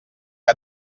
que